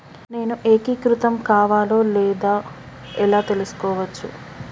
నేను ఏకీకృతం కావాలో లేదో ఎలా తెలుసుకోవచ్చు?